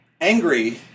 angry